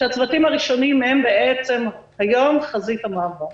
שהצוותים הראשונים הם בעצם היום חזית המאבק.